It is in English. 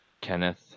kenneth